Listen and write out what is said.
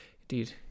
indeed